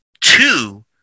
two